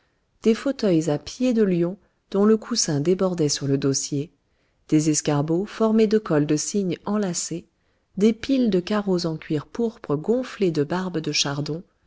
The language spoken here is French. des fauteuils à pieds de lion dont le coussin débordait sur le dossier des escabeaux formés de cols de cygne enlacés des piles de carreaux en cuir pourpre et gonflés de barbe de chardon